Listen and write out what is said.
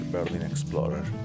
Berlinexplorer